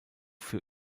für